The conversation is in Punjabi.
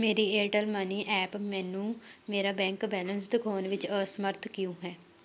ਮੇਰੀ ਏਅਰਟੈੱਲ ਮਨੀ ਐਪ ਮੈਨੂੰ ਮੇਰਾ ਬੈਂਕ ਬੈਲੇਂਸ ਦਿਖਾਉਣ ਵਿੱਚ ਅਸਮਰੱਥ ਕਿਉਂ ਹੈ